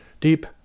deep